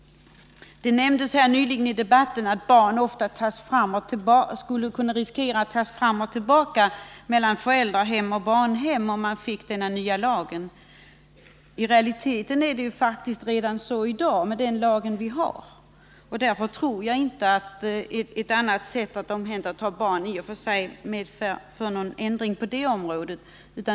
Det nämndes nyligen i debatten att barn skulle kunna riskera att föras fram och tillbaka mellan föräldrahem och barnhem om man fick denna nya lag. I realiteten är det faktiskt så redan med den lag vi nu har. Därför tror jag inte att ett annat sätt att omhänderta barnen i och för sig medför någon förändring på detta område.